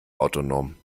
autonom